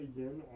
Again